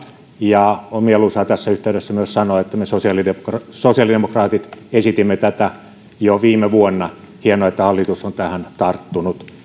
ja on mieluisaa tässä yhteydessä myös sanoa että me sosiaalidemokraatit sosiaalidemokraatit esitimme tätä jo viime vuonna hienoa että hallitus on tähän tarttunut